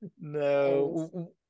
No